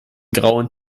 grauen